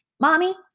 Mommy